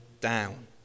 down